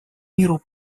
миру